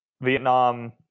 Vietnam